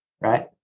right